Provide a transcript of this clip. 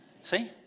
See